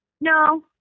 No